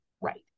right